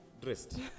dressed